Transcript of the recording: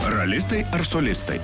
ralistai ar solistai